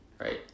right